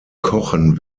kochen